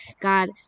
God